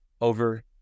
over